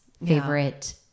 favorite